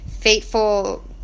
fateful